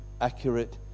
accurate